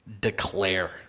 declare